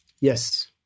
Yes